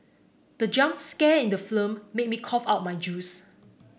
the jump scare in the film made me cough out my juice